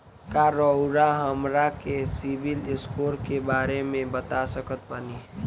का रउआ हमरा के सिबिल स्कोर के बारे में बता सकत बानी?